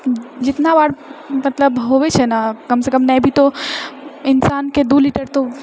जितना बार मतलब होवैत छै ने कमसँ कम नहि भी तऽ इन्सानके दू लीटर तऽ